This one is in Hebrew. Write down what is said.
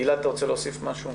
גלעד, אתה רוצה להוסיף משהו?